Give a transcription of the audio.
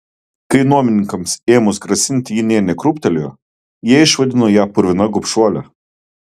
kai nuomininkams ėmus grasinti ji nė nekrūptelėjo jie išvadino ją purvina gobšuole